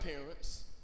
parents